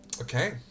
Okay